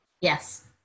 Yes